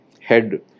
head